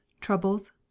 troubles